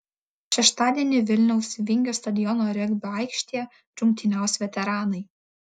šeštadienį vilniaus vingio stadiono regbio aikštėje rungtyniaus veteranai